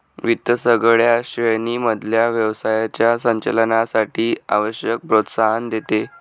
वित्त सगळ्या श्रेणी मधल्या व्यवसायाच्या संचालनासाठी आवश्यक प्रोत्साहन देते